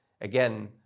again